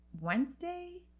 Wednesday